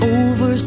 over